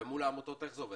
ומול העמותות איך זה עובד?